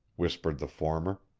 whispered the former.